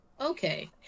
okay